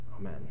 Amen